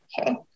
okay